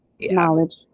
knowledge